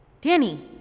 Danny